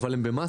אבל הם במסה.